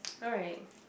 alright